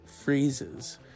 freezes